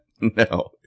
No